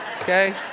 okay